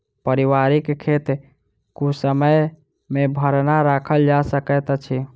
पारिवारिक खेत कुसमय मे भरना राखल जा सकैत अछि